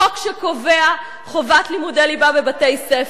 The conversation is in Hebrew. החוק שקובע חובת לימודי ליבה בבתי-ספר.